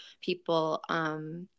people